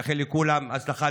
אני מאחל לכולם הצלחה,